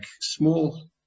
small